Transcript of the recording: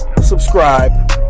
subscribe